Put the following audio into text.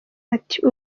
ati